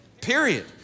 period